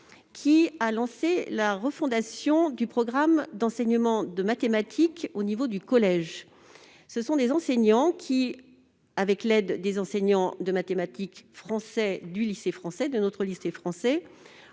qui a lancé la refondation du programme d'enseignement des mathématiques au collège. Des enseignants maliens, avec l'aide des enseignants de mathématiques français du lycée français, se sont engagés dans